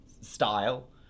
style